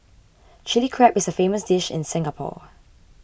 Chilli Crab is a famous dish in Singapore